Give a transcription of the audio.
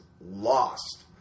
lost